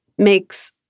makes